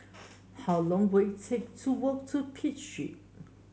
how long will it take to walk to Pitt Street